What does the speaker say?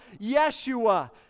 Yeshua